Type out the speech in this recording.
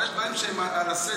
אבל יש דברים שהם על הסדר.